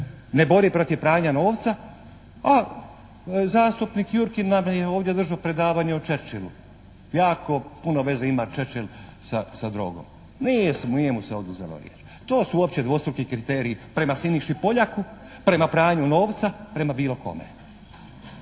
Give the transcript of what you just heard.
ne bori protiv pranja novca, a zastupnik Jurkin nam je ovdje držao predavanje o Čerčilu. Jako puno veze ima Čerčil sa drogom. Nije mu se oduzela riječ. To su uopće dvostruki kriteriji prema Siniši Poljaku, prema pranju novca, prema bilo kome.